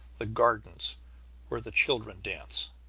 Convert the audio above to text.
the gardens where the children dance.